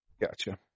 Gotcha